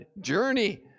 journey